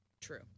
true